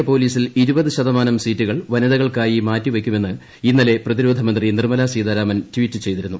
സൈനിക പോലീസിൽ ഇരുപത് ശതമാനം സീറ്റുകൾ വനിതകൾക്കായി മാറ്റിവയ്ക്കുമെന്ന് ഇന്നലെ പ്രതിരോധമന്ത്രി നിർമ്മലാ സീതാരാമൻ ട്വീറ്റ് ചെയ്തിരുന്നു